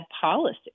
policy